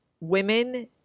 women